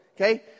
Okay